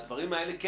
כן,